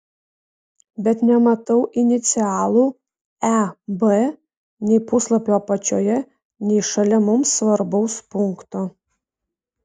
bet nematau inicialų eb nei puslapio apačioje nei šalia mums svarbaus punkto